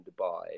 Dubai